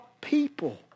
people